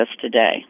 today